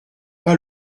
pas